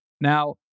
Now